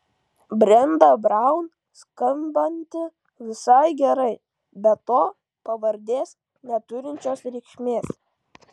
brenda braun skambanti visai gerai be to pavardės neturinčios reikšmės